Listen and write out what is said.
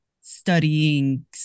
studying